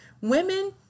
women